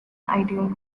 ideal